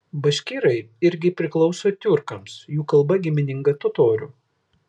baškirai irgi priklauso tiurkams jų kalba gimininga totorių